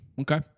Okay